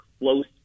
close